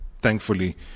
Thankfully